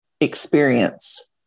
experience